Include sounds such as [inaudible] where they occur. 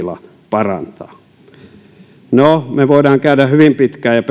sitten vankila parantaa me voimme käydä hyvin pitkää ja [unintelligible]